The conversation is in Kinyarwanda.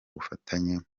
bufatanye